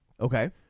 Okay